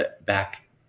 back